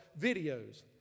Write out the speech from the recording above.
videos